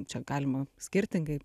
čia galima skirtingai